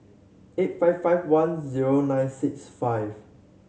eight five five one zero nine six five